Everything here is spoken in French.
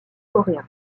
coréen